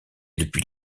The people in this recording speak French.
depuis